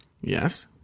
Yes